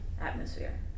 atmosphere